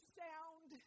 sound